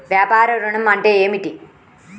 వ్యాపార ఋణం అంటే ఏమిటి?